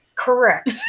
Correct